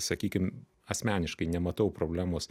sakykim asmeniškai nematau problemos